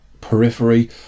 periphery